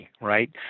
right